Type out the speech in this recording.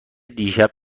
دیشب